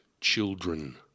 children